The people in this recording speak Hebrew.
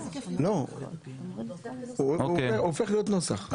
הוא הופך להיות נוסח.